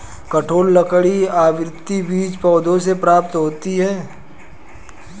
कठोर लकड़ी आवृतबीजी पौधों से प्राप्त होते हैं